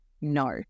No